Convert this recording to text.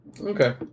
Okay